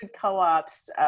co-ops